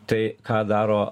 tai ką daro